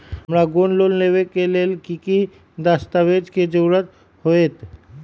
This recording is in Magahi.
हमरा गोल्ड लोन लेबे के लेल कि कि दस्ताबेज के जरूरत होयेत?